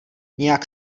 nějak